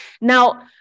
Now